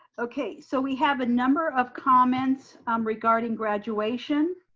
okay, so we have a number of comments regarding graduation.